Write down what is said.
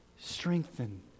strengthen